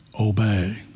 obey